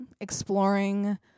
exploring